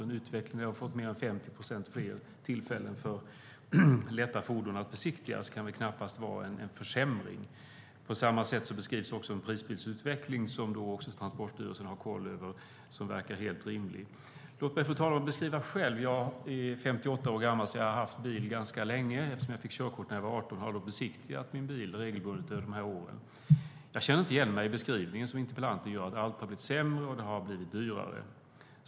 En utveckling där vi har fått mer än 50 procent fler tillfällen till besiktning av lätta fordon kan väl knappast vara en försämring. På samma sätt beskrivs en prisbildsutveckling, som Transportstyrelsen har koll på, som verkar helt rimlig. Låt mig, fru talman, kort beskriva detta själv. Jag är 58 år gammal, och jag har haft bil ganska länge eftersom jag fick körkort när jag var 18 år. Jag har besiktigat min bil regelbundet under åren. Jag känner inte igen mig i den beskrivning som interpellanten gör av att allt har blivit sämre och att det har blivit dyrare.